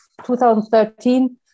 2013